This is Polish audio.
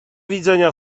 widzenia